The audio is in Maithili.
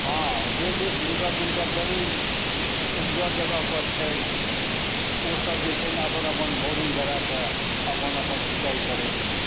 हँ जे जे जिनकर जिनकर जमीन उँचगर जगहपर छनि ओसब जे छै ने अपन अपन बोरिङ्ग कराकऽ अपन अपन सिँचाइ करै छथि